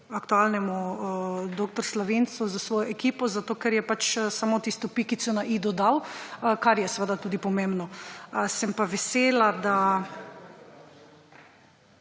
aktualnemu dr. Slavincu s svojo ekipo, ker je še samo tisto pikico na i dodal, kar je seveda tudi pomembno. Sem pa vesela, da